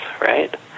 right